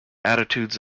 attitudes